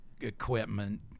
equipment